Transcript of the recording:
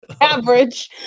Average